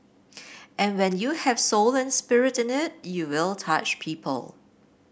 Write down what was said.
and when you have soul and spirit in it you will touch people